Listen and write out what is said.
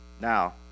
Now